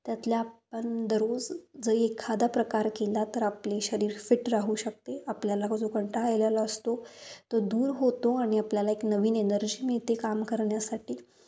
त्यातला आपण दररोज जरी एखादा प्रकार केला तरी आपले शरीर फिट राहू शकते आपल्याला क जो कंटाळा आलेला असतो तो दूर होतो आणि आपल्याला एक नवीन एनर्जी मिळते काम करण्यासाठी